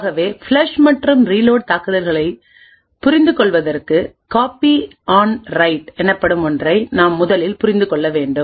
ஆகவே ஃப்ளஷ் மற்றும் ரீலோட் தாக்குதல்களைப் புரிந்துகொள்வதற்குகாப்பி ஆன் ரைட் எனப்படும் ஒன்றை நாம் முதலில் புரிந்து கொள்ள வேண்டும்